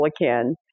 again